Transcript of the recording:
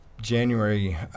January